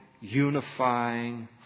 unifying